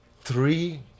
three